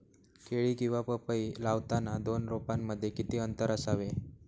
केळी किंवा पपई लावताना दोन रोपांमध्ये किती अंतर असावे?